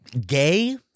gay